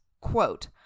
Quote